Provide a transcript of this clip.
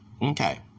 Okay